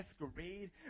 masquerade